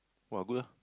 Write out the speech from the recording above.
[wah] good ah